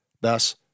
Thus